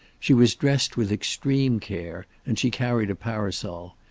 she was dressed with extreme care, and she carried a parasol.